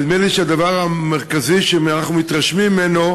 אבל נדמה לי שהדבר המרכזי שאנחנו מתרשמים ממנו